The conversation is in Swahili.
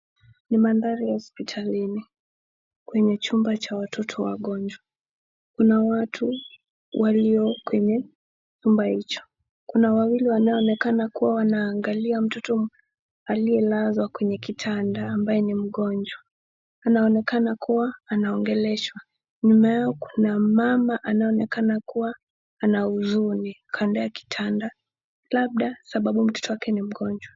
Ni mandhari ya hospitalini, kwenye chumba cha watoto wagonjwa. Kuna watu walio kwenye chumba hicho. Kuna wawili wanaoonekana kuwa wanaangalia mtoto aliyelazwa kwenye kitanda ambaye ni mgonjwa. Anaonekana kuwa anaongeleshwa. Nyuma yao kuna mama anaonekana kuwa ana huzuni kando ya kitanda. Labda sababu mtoto wake ni mgonjwa.